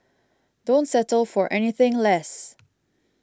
don't settle for anything less